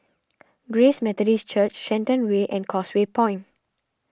Grace Methodist Church Shenton Way and Causeway Point